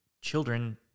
children